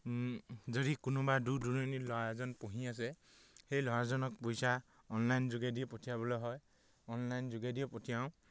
যদি কোনোবা দূৰ দূৰণিৰ ল'ৰা এজন পঢ়ি আছে সেই ল'ৰা এজনক পইচা অনলাইন যোগেদি পঠিয়াবলৈ হয় অনলাইন যোগেদিয়ে পঠিয়াওঁ